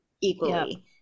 equally